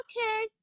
okay